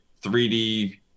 3D